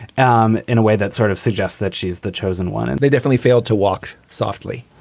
um in a way that sort of suggests that she's the chosen one and they definitely failed to walk softly.